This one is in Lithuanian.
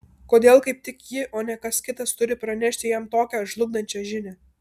kodėl kaip tik ji o ne kas kitas turi pranešti jam tokią žlugdančią žinią